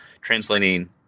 translating